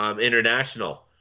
International